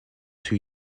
two